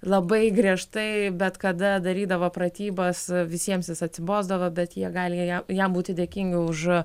labai griežtai bet kada darydavo pratybas visiems jis atsibosdavo bet jie gali ją jam būti dėkingi už